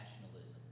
nationalism